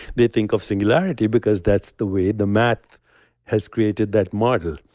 they think of singularity because that's the way the math has created that model.